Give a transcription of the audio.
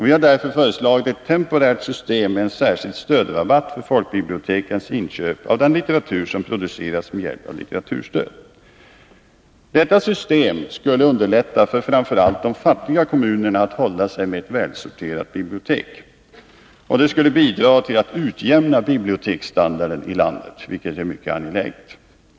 Vi har därför föreslagit ett temporärt system med en särskild stödrabatt för folkbibliotekens inköp av den litteratur som producerats med hjälp av litteraturstöd. Detta system skulle underlätta för framför allt de fattiga kommunerna att hålla sig med välsorterade bibliotek. Det skulle bidra till att utjämna biblioteksstandarden i landet, vilket är mycket angeläget.